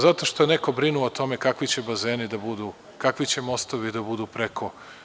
Zato što je neko brinuo o tome kakvi će bazeni da budu, kakvi će mostovi da budu preko.